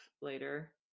later